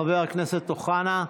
חבר הכנסת אוחנה,